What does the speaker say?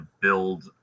build